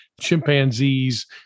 chimpanzees